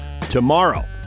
tomorrow